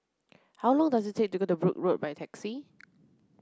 how long does it take to get to Brooke Road by taxi